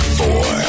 four